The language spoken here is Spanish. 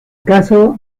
caso